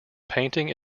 painting